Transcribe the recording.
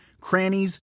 crannies